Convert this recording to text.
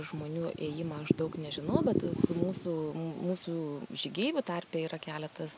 žmonių ėjimą aš daug nežinau bet mūsų mūsų žygeivių tarpe yra keletas